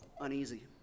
uneasy